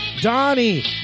Donnie